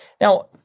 Now